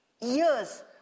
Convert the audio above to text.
years